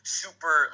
super